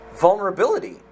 vulnerability